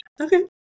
Okay